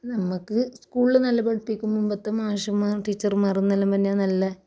നമുക്ക് സ്കൂളിൽ നല്ല പഠിപ്പിക്കും മുമ്പത്തെ മാഷ്മാറും ടീച്ചർമാറും എന്ന് പറഞ്ഞാൽ നല്